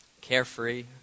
Carefree